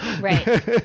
Right